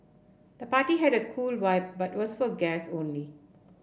the party had a cool vibe but was for guests only